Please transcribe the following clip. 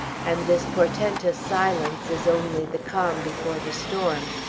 and this portentous silence is only the calm before the storm.